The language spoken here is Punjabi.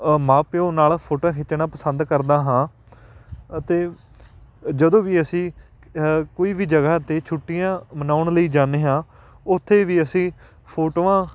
ਅ ਮਾਂ ਪਿਓ ਨਾਲ ਫ਼ੋਟੋਆਂ ਖਿੱਚਣਾ ਪਸੰਦ ਕਰਦਾ ਹਾਂ ਅਤੇ ਜਦੋਂ ਵੀ ਅਸੀਂ ਕੋਈ ਵੀ ਜਗ੍ਹਾ 'ਤੇ ਛੁੱਟੀਆਂ ਮਨਾਉਣ ਲਈ ਜਾਂਦੇ ਹਾਂ ਉੱਥੇ ਵੀ ਅਸੀਂ ਫ਼ੋਟੋਆਂ